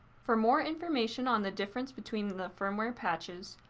for more information on the difference between the firmware patches,